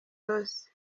ross